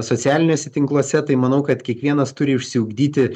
socialiniuose tinkluose tai manau kad kiekvienas turi išsiugdyti